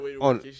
on